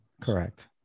Correct